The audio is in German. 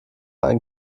einen